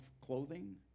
clothing